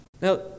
Now